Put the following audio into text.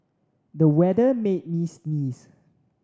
the weather made me sneeze